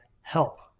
help